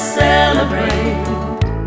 celebrate